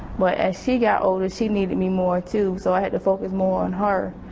but as she got older, she needed me more too, so i had to focus more on her.